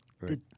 Right